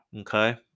okay